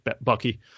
bucky